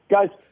Guys